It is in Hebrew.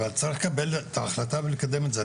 אבל צריך לקבל את ההחלטה ולקדם את זה.